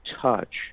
touch